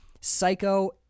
Psycho